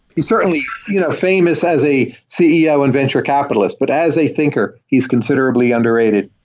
he's certainly you know famous as a ceo and venture capitalist, but as a thinker, he's considerably underrated.